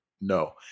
No